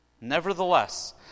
Nevertheless